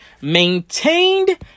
maintained